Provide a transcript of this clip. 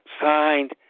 signed